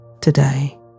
today